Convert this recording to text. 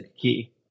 key